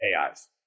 AIs